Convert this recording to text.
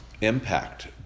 impact